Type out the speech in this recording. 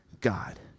God